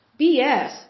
BS